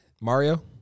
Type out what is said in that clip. Mario